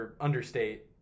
understate